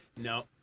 no